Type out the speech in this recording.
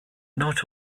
not